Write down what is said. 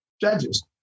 judges